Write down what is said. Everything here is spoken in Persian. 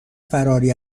فراری